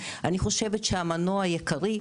אני חושבת שהמנוע העיקרי,